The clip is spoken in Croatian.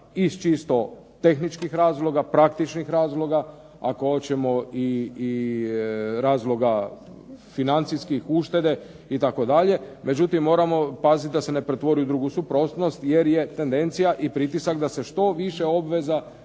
iz čisto tehničkih razloga, praktičnih razloga, ako hoćemo i razloga financijskih, uštede itd. Međutim, moramo paziti da se ne pretvori u drugu suprotnost jer je tendencija i pritisak da se što više obveza